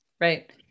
Right